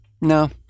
no